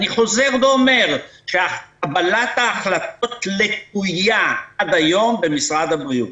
אני חוזר ואומר שקבלת ההחלטות עד היום לקויה במשרד הבריאות.